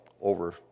Over